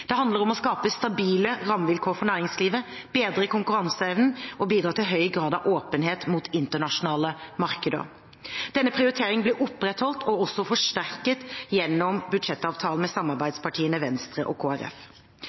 Det handler om å skape stabile rammevilkår for næringslivet, bedre konkuranseevnen og bidra til høy grad av åpenhet mot internasjonale markeder. Denne prioriteringen blir opprettholdt og forsterket gjennom budsjettavtalen med samarbeidspartiene Venstre og